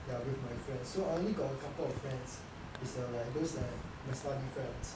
ya with my friends so I only got a couple of friends is uh like those like my study friends